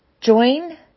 join